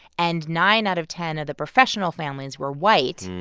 and nine out of ten of the professional families were white.